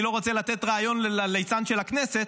אני לא רוצה לתת רעיון לליצן של הכנסת,